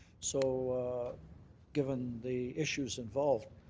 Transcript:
so given the issues involved.